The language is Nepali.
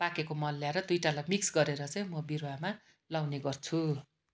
पाकेको मल ल्याएर दुइटालाई मिक्स गरेर चाहिँ म बिरुवामा लाउने गर्छु